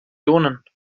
emotionen